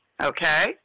Okay